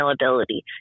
availability